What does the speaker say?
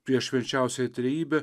prieš švenčiausiąją trejybę